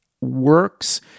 works